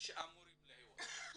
שאמורים להיות.